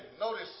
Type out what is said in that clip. Notice